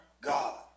God